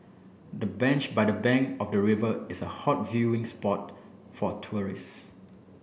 the bench by the bank of the river is a hot viewing spot for tourists